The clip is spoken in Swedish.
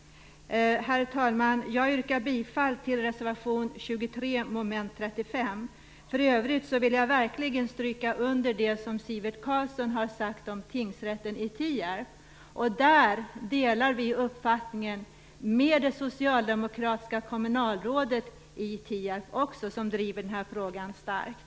För övrigt vill jag verkligen understryka det som Sivert Carlsson har sagt om tingsrätten i Tierp. Där delar vi uppfattningen med det socialdemokratiska kommunalrådet i Tierp, som driver denna fråga starkt.